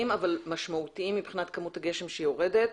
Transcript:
אבל משמעותיים מבחינת כמות הגשם שיורדת,